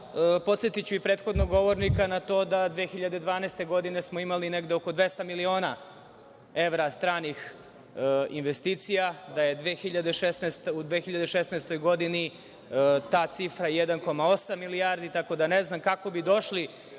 podsetiću i prethodnog govornika na to da 2012. godine smo imali negde oko 200 miliona evra stranih investicija, da je u 2016. godini ta cifra 1,8 milijardi, tako da ne znam kako bi došli